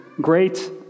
great